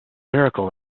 miracle